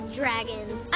dragons